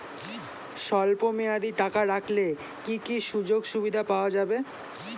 স্বল্পমেয়াদী টাকা রাখলে কি কি সুযোগ সুবিধা পাওয়া যাবে?